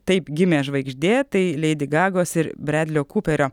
taip gimė žvaigždė tai leidi gagos ir bredlio kuperio